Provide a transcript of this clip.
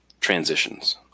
transitions